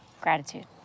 Gratitude